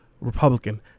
Republican